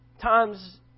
times